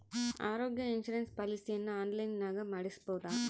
ಆರೋಗ್ಯ ಇನ್ಸುರೆನ್ಸ್ ಪಾಲಿಸಿಯನ್ನು ಆನ್ಲೈನಿನಾಗ ಮಾಡಿಸ್ಬೋದ?